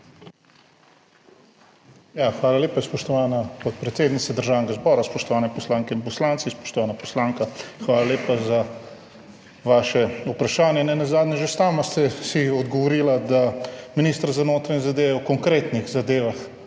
Hvala lepa, spoštovana podpredsednica Državnega zbora. Spoštovane poslanke in poslanci! Spoštovana poslanka, hvala lepa za vaše vprašanje. Že sami ste si odgovorili, da minister za notranje zadeve o konkretnih zadevah